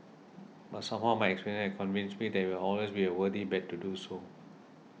but somehow my experiences have convinced me that it will always be a worthy bet to do so